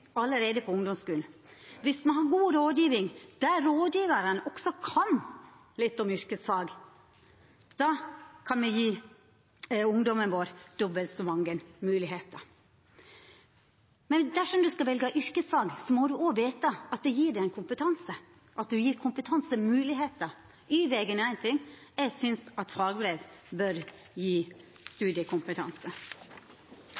allereie på ungdomsskulen. Dersom me har god rådgjeving der rådgjevarane også kan litt om yrkesfag, kan me gje ungdommen vår dobbelt så mange moglegheiter. Dersom ein skal velja yrkesfag, må ein òg vita at det gjev ein kompetanse, at det gjev kompetansemoglegheiter. Y-vegen er ein ting – eg synest at fagbrev bør